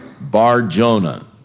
Bar-Jonah